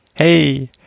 Hey